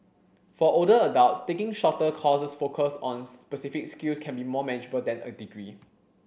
for older adults taking shorter courses focused on specific skills can be more manageable than a degree